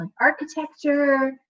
architecture